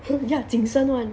ya 紧身 [one]